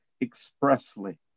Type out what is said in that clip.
expressly